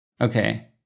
Okay